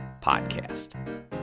podcast